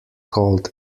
called